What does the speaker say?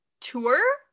tour